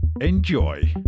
Enjoy